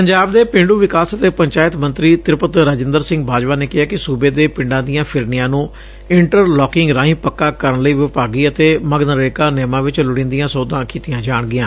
ਪੰਜਾਬ ਦੇ ਪੇਂਡੁ ਵਿਕਾਸ ਅਤੇ ਪੰਚਾਇਤ ਮੰਤਰੀ ਤ੍ਰਿਪਤ ਰਜਿੰਦਰ ਸਿੰਘ ਬਾਜਵਾ ਨੇ ਕਿਹੈ ਕਿ ਸੁਬੇ ਦੇ ਪਿੰਡਾਂ ਦੀਆਂ ਫਿਰਨੀਆਂ ਨੁੰ ਇੰਟਰਲਾਕਿੰਗ ਰਾਹੀ ਪੱਕਾ ਕਰਨ ਲਈ ਵਿਭਾਗੀ ਅਤੇ ਮਗਨਰੇਗਾ ਨਿਯਮਾਂ ਵਿਚ ਲੋੜੀਦੀਆਂ ਸੋਧਾਂ ਕੀਤੀਆਂ ਜਾਣਗੀਆਂ